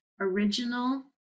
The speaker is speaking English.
original